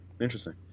interesting